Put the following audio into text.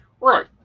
Right